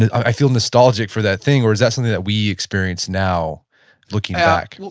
i feel nostalgic for that thing, or is that something that we experience now looking back?